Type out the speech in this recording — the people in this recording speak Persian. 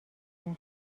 بره